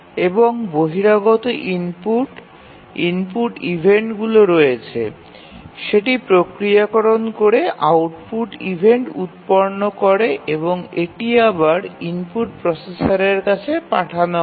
এবং বহিরাগত input input ইভেন্টগুলি রয়েছে সেটি প্রক্রিয়াকরন করে আউটপুট ইভেন্ট উৎপন্ন করে এবং এটি আবার ইনপুট প্রসেসরের কাছে পাঠানো হয়